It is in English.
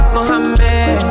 Mohammed